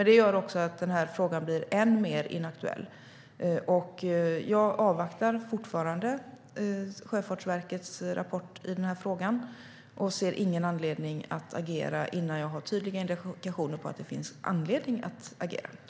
Det gör också att den här frågan blir än mer inaktuell. Jag avvaktar fortfarande Sjöfartsverkets rapport i den här frågan och har ingen avsikt att agera innan jag har tydliga indikationer på att det finns anledning att göra det.